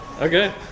Okay